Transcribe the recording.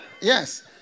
Yes